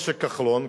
משה כחלון,